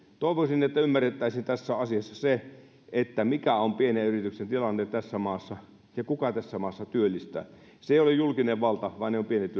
toivoisin että ymmärrettäisiin tässä asiassa se mikä on pienen yrityksen tilanne tässä maassa ja kuka tässä maassa työllistää se ei ole julkinen valta vaan ne ovat pienet